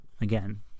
Again